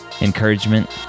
encouragement